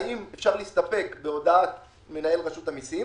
אם אפשר להסתפק בהודעת מנהל רשות המיסים